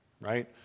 right